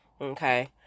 okay